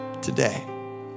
today